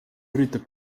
üritab